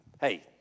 Hey